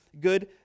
good